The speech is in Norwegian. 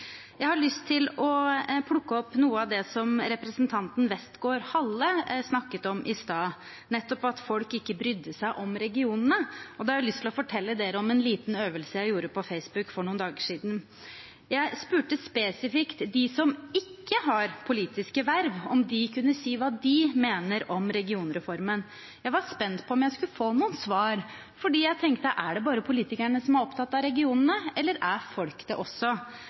Jeg har lyst til å plukke opp noe av det representanten Westgaard-Halle snakket om i stad, at folk ikke bryr seg om regionene. Da har jeg lyst til å fortelle dere om en liten øvelse jeg gjorde på Facebook for noen dager siden. Jeg spurte spesifikt dem som ikke har politiske verv, om de kunne si hva de mener om regionreformen. Jeg var spent på om jeg skulle få noen svar, fordi jeg tenkte: Er det bare politikerne som er opptatt av regionene, eller er folk også det?